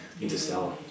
Interstellar